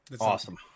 awesome